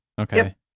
okay